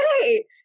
Hey